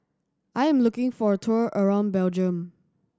I am looking for a tour around Belgium